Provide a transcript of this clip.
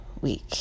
week